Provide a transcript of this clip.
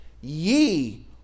ye